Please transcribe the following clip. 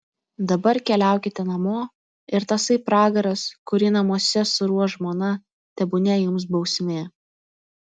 dabar keliaukite namo ir tasai pragaras kurį namuose suruoš žmona tebūnie jums bausmė